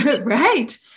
right